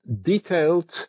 detailed